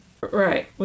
right